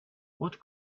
what